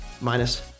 minus